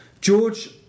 George